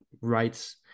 rights